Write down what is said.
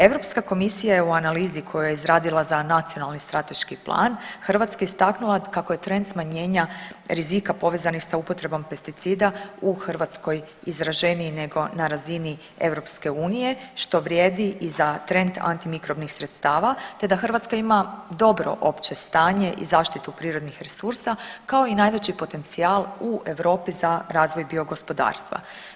Europska komisija je u analizi koju je izradila za nacionalni strateški plan Hrvatsku istaknula kako je trend smanjenja rizika povezanih s upotrebom pesticida u Hrvatskoj izraženiji nego na razini Europske unije što vrijedi i za trend antimikrobnih sredstava te da Hrvatska ima dobro opće stanje i zaštitu prirodnih resursa kao i najveći potencijal u Europi za razvoj biogospodarstva.